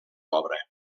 obra